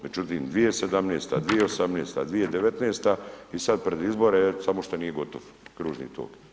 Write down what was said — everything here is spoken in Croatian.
Međutim 2017., 2018., 2019. i sada pred izbore samo što nije gotov kružni tok.